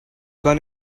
gun